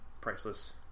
priceless